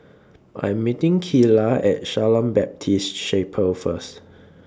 I'm meeting Keyla At Shalom Baptist Chapel First